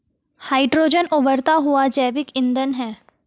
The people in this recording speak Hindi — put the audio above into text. हाइड्रोजन उबरता हुआ जैविक ईंधन है